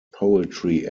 poetry